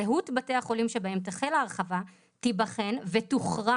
זהות בתי החולים שבהם תחל ההרחבה תיבחן ותוכרע